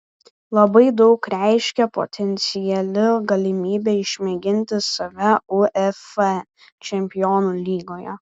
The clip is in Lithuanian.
labai daug reiškė potenciali galimybė išmėginti save uefa čempionų lygoje